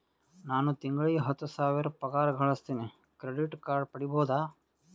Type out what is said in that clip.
ನಾನು ತಿಂಗಳಿಗೆ ಹತ್ತು ಸಾವಿರ ಪಗಾರ ಗಳಸತಿನಿ ಕ್ರೆಡಿಟ್ ಕಾರ್ಡ್ ಪಡಿಬಹುದಾ?